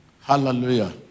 Hallelujah